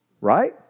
Right